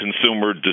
consumer